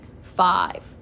five